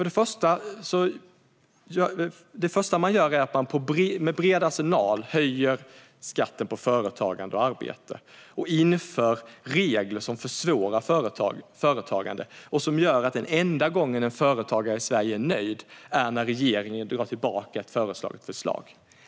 Det första är en bred arsenal av skattehöjningar på företagande och arbete. Man inför regler som försvårar företagande och som gör att den enda gången en företagare i Sverige är nöjd är när regeringen drar tillbaka ett förslag.